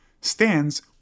stands